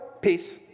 peace